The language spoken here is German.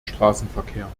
straßenverkehr